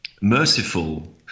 merciful